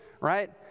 right